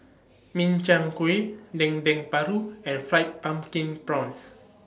Min Chiang Kueh Dendeng Paru and Fried Pumpkin Prawns